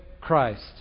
Christ